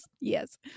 Yes